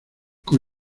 con